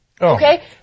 Okay